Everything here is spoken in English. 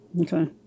Okay